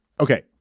okay